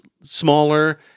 smaller